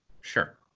Sure